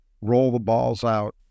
roll-the-balls-out